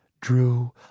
drew